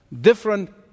different